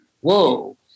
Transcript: Whoa